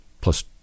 plus